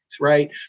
right